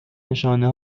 نشانه